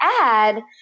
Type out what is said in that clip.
add